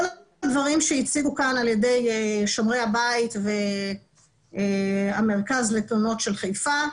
כל הדברים שהציגו כאן על ידי שומרי הבית והמרכז של חיפה,